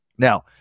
Now